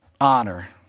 honor